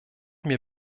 mir